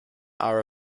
are